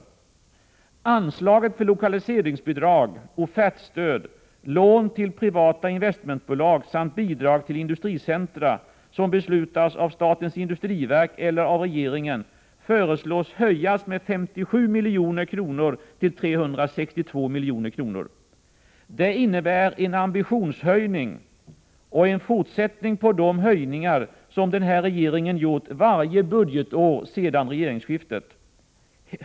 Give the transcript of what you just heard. Det föreslås att anslaget för lokaliseringsbidrag, offertstöd, lån till privata investmentbolag samt bidrag till industricentra, som beslutas av statens industriverk eller av regeringen, höjs med 57 milj.kr. till 362 milj.kr. Det innebär en ambitionshöjning och en fortsättning på de höjningar som den här regeringen gjort varje budgetår sedan regeringsskiftet.